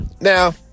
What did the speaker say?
now